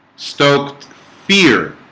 stoked fear